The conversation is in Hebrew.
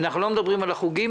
ולא על חוגים.